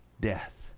death